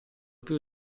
più